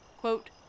Quote